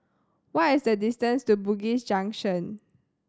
what is the distance to Bugis Junction